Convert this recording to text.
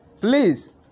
Please